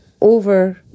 over